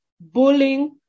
bullying